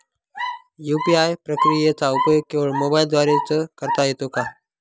UPI प्रक्रियेचा उपयोग केवळ मोबाईलद्वारे च करता येतो का?